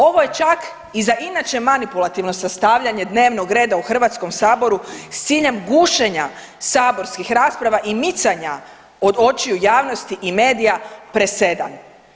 Ovo je čak i za inače manipulativno sastavljanje dnevnog reda u HS-u s ciljem gušenja saborskih rasprava i micanja od očiju javnosti i medija presedan.